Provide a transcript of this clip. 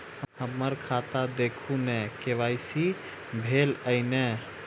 हम्मर खाता देखू नै के.वाई.सी भेल अई नै?